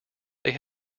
they